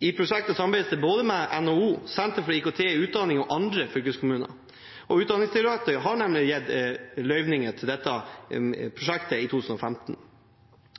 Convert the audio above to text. I prosjektet samarbeides det med både NHO, Senter for IKT i utdanningen og andre fylkeskommuner. Utdanningsdirektoratet har nemlig gitt midler til dette prosjektet i 2015.